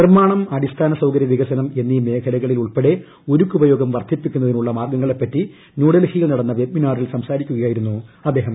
നിർമാണം അടിസ്ഥാന സൌകര്യ വികസനം എന്നീ മേഖലകളിലുൾപ്പെടെ ഉരുക്കുപയോഗം വർധിപ്പിക്കുന്നതിനുള്ള മാർഗങ്ങളെപ്പറ്റി ന്യൂഡൽഹിയിൽ നടന്ന വെബിനാറിൽ സംസാരിക്കുകയായിരുന്നു അദ്ദേഹം